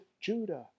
Judah